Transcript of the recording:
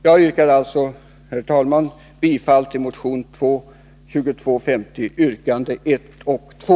Jag yrkar alltså, herr talman, bifall till motion 2250, yrkandena 1 och 2